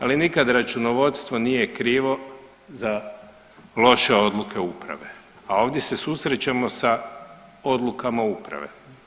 Ali nikad računovodstvo nije krivo za loše odluke uprave, a ovdje se susrećemo sa odlukama uprave.